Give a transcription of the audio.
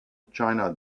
china